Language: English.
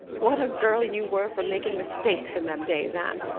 what a girl you were for making mistakes in them days, anne.